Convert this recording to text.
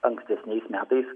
ankstesniais metais